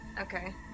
Okay